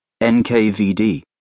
NKVD